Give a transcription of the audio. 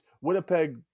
Winnipeg